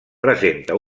presenta